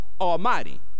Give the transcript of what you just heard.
Almighty